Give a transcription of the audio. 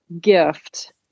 gift